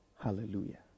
Hallelujah